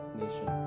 nation